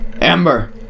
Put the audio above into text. Amber